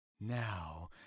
Now